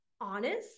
honest